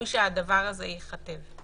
ראוי שהדבר הזה ייכתב,